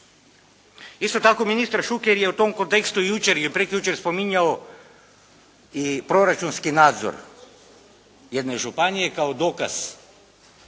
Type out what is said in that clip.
Isto tako ministar Šuker je u tom kontekstu jučer ili prekjučer spominjao i proračunski nadzor jedne županije kao dokaz